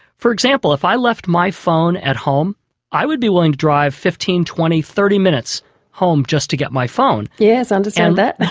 for example if i left my phone at home i would be willing to drive fifteen, twenty, thirty minutes home just to get my phone. yes, understandably.